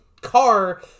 car